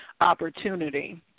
opportunity